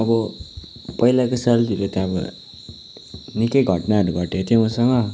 अब पहिलाको सालतिर त अब निकै घटनाहरू घटेको थियो मसँग